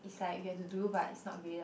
is like you have to do but is not graded